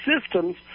systems